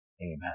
amen